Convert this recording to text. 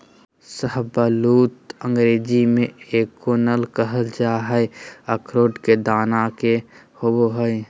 शाहबलूत अंग्रेजी में एकोर्न कहल जा हई, अखरोट के दाना के होव हई